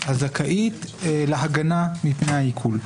האוכלוסייה הזכאית להגנה מפני העיקול,